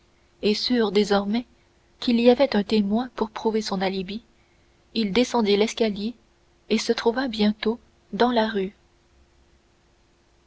et sûr désormais qu'il y avait un témoin pour prouver son alibi il descendit l'escalier et se trouva bientôt dans la rue